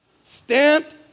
stamped